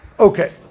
Okay